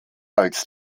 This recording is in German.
als